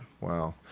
Wow